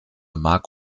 mark